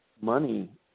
money